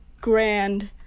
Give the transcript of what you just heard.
grand